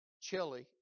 chili